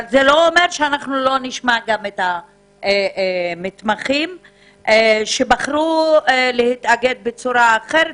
אבל זה לא אומר שאנחנו לא נשמע את המתמחים שבחרו להתאגד בצורה אחרת.